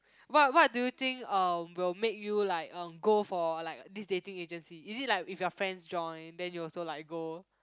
what what do you think uh will make you like um go for like this dating agency is it like if your friends join then you also like go